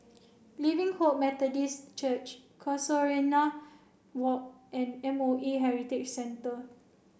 Living Hope Methodist Church Casuarina Walk and M O E Heritage Centre